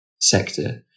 sector